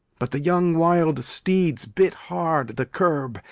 but the young wild steeds bit hard the curb,